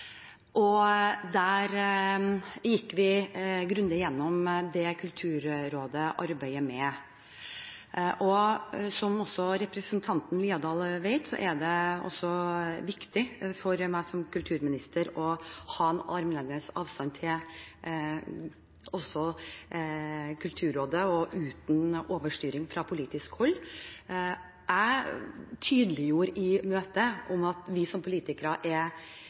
og der gikk vi grundig gjennom det som Kulturrådet arbeider med. Som også representanten Haukeland Liadal vet, er det viktig for meg som kulturminister å ha en armlengdes avstand til Kulturrådet, uten overstyring fra politisk hold. Jeg tydeliggjorde i møtet at vi som politikere er